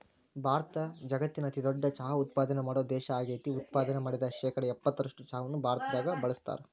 ಭಾರತ ಜಗತ್ತಿನ ಅತಿದೊಡ್ಡ ಚಹಾ ಉತ್ಪಾದನೆ ಮಾಡೋ ದೇಶ ಆಗೇತಿ, ಉತ್ಪಾದನೆ ಮಾಡಿದ ಶೇಕಡಾ ಎಪ್ಪತ್ತರಷ್ಟು ಚಹಾವನ್ನ ಭಾರತದಾಗ ಬಳಸ್ತಾರ